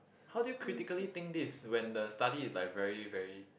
how do you critically think this when the study is like very very